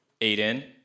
Aiden